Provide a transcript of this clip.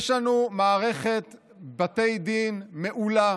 יש לנו מערכת בתי דין מעולה